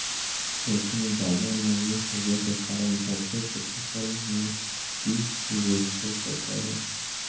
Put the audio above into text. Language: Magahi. खेत में ज्यादा नमी होबे के कारण सरसों की फसल में की निवेस हो सको हय?